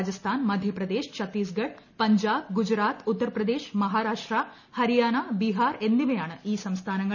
രാജസ്ഥാൻ മധ്യപ്രദേശ് ചത്തീസ്ഗഡ് പഞ്ചാബ് ഗുജറാത്ത് ഉത്തർപ്രദേശ് മഹാരാഷ്ട്ര ഹരിയാന ബിഹാർ എന്നിവയാണ് ഈ സംസ്ഥാനങ്ങൾ